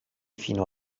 fino